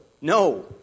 no